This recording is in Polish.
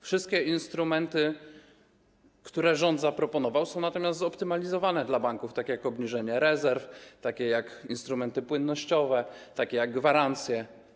Wszystkie instrumenty, które rząd zaproponował są natomiast zoptymalizowane dla banków, takie jak obniżenie rezerw, takie jak instrumenty płynnościowe, takie jak gwarancje.